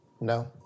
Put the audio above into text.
No